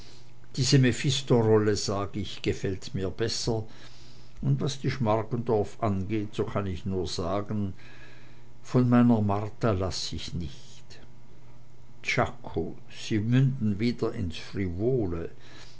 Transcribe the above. diese mephistorolle sag ich gefällt mir besser und was die schmargendorf angeht so kann ich nur sagen von meiner martha laß ich nicht czako sie münden wieder ins frivole